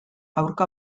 aurka